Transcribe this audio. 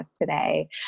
today